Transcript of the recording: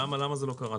למה זה לא קרה?